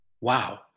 Wow